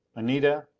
anita,